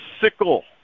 sickle